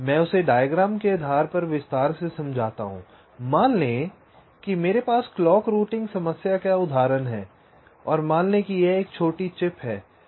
मैं इसे डायग्राम के आधार पर विस्तार से समझाता हूँ मान लें कि मेरे पास क्लॉक रूटिंग समस्या का उदाहरण है मान लें कि यह एक छोटी चिप है